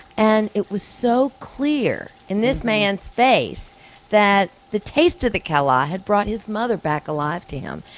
and it was so clear in this man's face that the taste of the calas had brought his mother back alive to him.